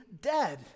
dead